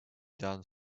done